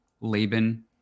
Laban